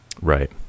right